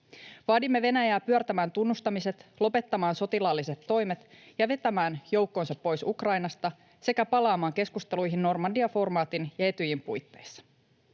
Vaadimme Venäjää pyörtämään tunnustamiset, lopettamaan sotilaalliset toimet ja vetämään joukkonsa pois Ukrainasta sekä palaamaan keskusteluihin Normandia-formaatin ja Etyjin puitteissa.